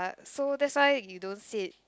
uh so that's why you don't sit